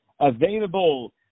available